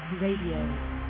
Radio